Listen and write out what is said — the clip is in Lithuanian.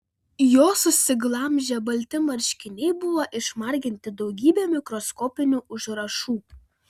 jo susiglamžę balti marškiniai buvo išmarginti daugybe mikroskopinių užrašų